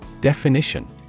Definition